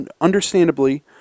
understandably